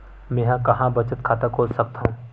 मेंहा कहां बचत खाता खोल सकथव?